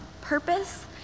purpose